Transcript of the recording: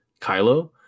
Kylo